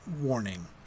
warning